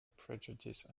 prejudice